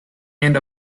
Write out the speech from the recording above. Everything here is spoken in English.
and